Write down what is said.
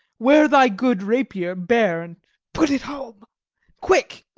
wear thy good rapier bare, and put it home quick,